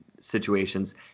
situations